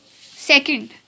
Second